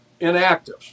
inactive